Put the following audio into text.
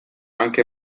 anche